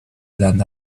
than